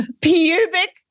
pubic